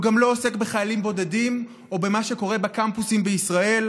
הוא גם לא עוסק בחיילים בודדים או במה שקורה בקמפוסים בישראל,